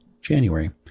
January